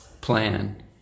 plan